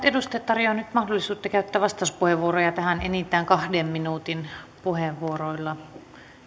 edustajat tarjoan nyt mahdollisuutta käyttää vastauspuheenvuoroja tähän enintään kahden minuutin puheenvuoroilla